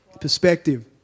Perspective